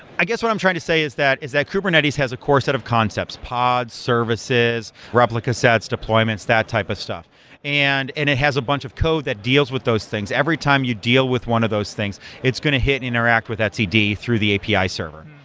i guess what i'm trying to say is that is that kubernetes has a core set of concepts, pods, services, replica sets, deployments, that type of stuff and and it has a bunch of code that deals with those things. every time you deal with one of those things, it's going to hit interact with etcd through the api server,